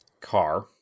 car